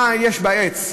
מה יש בעץ?